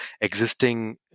existing